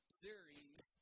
series